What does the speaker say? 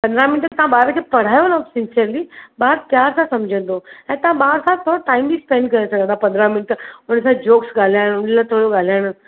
पंद्रहं मिंट तव्हां ॿार खे पढ़ायो न सिंसेअर्ली ॿारु प्यार सां समुझंदो ऐं तव्हां ॿार सां थोरो टाइम बि स्पैंड करे सघो था पंद्रहं मिंट उन सां जोक्स ॻाल्हायो इहे थोरो ॻाल्हाइणु